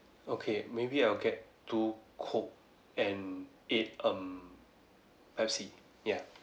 okay maybe I'll get two coke and eight um pepsi ya